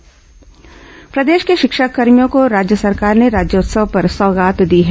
शिक्षाकर्मी संविलियन प्रदेश के शिक्षाकर्मियों को राज्य सरकार ने राज्योत्सव पर सौगात दी है